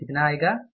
तो यह कितना आएगा